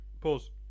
pause